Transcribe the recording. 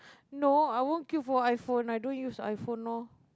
no I won't queue for iPhone I don't use iPhone loh